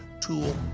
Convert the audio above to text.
tool